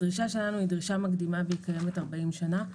הדרישה שלנו היא דרישה מקדימה והיא קיימת 40 שנים.